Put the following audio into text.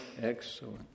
Excellent